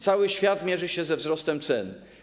Cały świat mierzy się ze wzrostem cen.